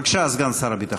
בבקשה, סגן שר הביטחון.